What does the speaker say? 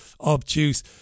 obtuse